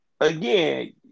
again